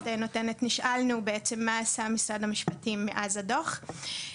נשאלנו בעצם מה עשר משרד המשפטים מאז הדוח.